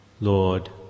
Lord